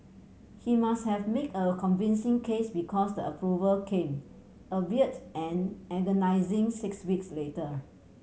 he must have made a convincing case because the approval came albeit an agonising six weeks later